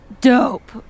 dope